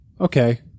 okay